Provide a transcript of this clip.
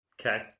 Okay